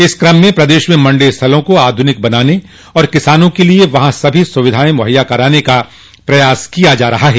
इसी क्रम में प्रदेश में मंडी स्थलों को आध्निक बनाने और किसानों के लिए वहां सभी सुविधाएं मुहैया कराने का प्रयास किया जा रहा है